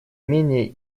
менее